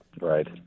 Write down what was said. Right